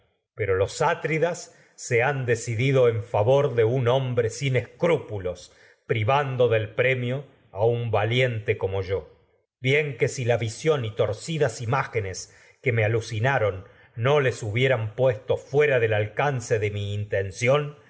pero los atridas decidido en favor de un hombre sin escrúpulos privando del premio a un valien te como yo me bien que si la visión y torcidas imágenes que hubieran puesto nunca alucinaron mi no les fuera del alcan ce de intención